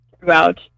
throughout